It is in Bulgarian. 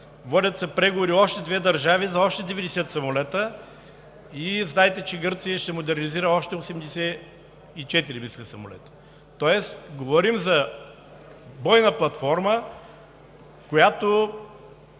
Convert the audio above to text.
Водят се преговори с още две държави за още 90 самолета и знаете, че Гърция ще модернизира още 84, мисля, самолета, тоест говорим за бойна платформа, която